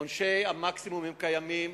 עונשי המקסימום קיימים,